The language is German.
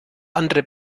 andere